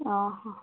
ଅ ହଁ